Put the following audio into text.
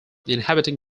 inhabiting